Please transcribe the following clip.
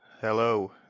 Hello